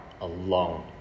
alone